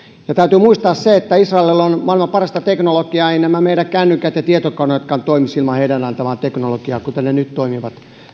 täytyy muistaa se että israelilla on maailman parasta teknologiaa eivät nämä meidän kännykät ja tietokoneetkaan toimisi ilman heidän antamaansa teknologiaa kuten ne nyt toimivat